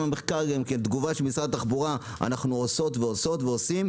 והתגובה של משרד התחבורה: אנחנו עושות ועושות ועושות.